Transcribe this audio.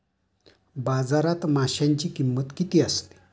बाजारात माशांची किंमत किती असते?